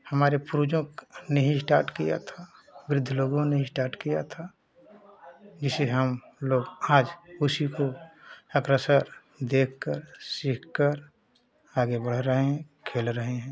हमारे पूर्वजों ने ही स्टार्ट किया था वृद्ध लोगों ने स्टार्ट किया था जिसे हमलोग आज उसी को अक्सर देखकर सीखकर आगे बढ़ रहे हैं खेल रहे हैं